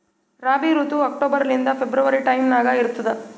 ರಾಬಿ ಋತು ಅಕ್ಟೋಬರ್ ಲಿಂದ February time ನಾಗ ಇರ್ತದ